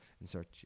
Insert